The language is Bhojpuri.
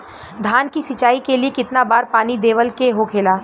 धान की सिंचाई के लिए कितना बार पानी देवल के होखेला?